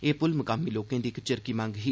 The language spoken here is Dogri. एह प्ल मकामी लोकें दी इक चिरकी मंग ही